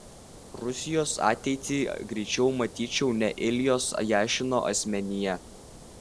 rusijos ateitį greičiau matyčiau ne iljos jašino asmenyje